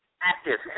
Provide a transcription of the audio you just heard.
active